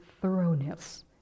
thoroughness